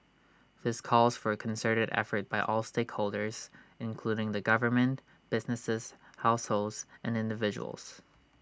this calls for A concerted effort by all stakeholders including the government businesses households and individuals